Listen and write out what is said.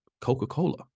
Coca-Cola